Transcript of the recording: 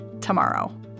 tomorrow